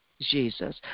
Jesus